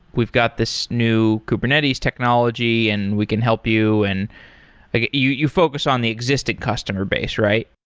we've got this new kubernetes technology, and we can help you. and ah you you focus on the existing customer base, right?